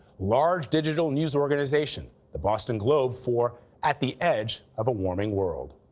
large digital news organization, the boston globe for at the edge of a warming world.